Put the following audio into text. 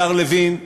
השר לוין,